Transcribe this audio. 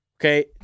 Okay